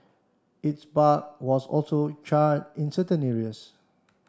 its bark was also charred in certain areas